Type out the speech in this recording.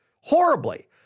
horribly